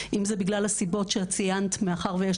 אם זה בגלל הסיבות שאת ציינת כמו זו שיש